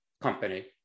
company